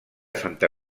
santa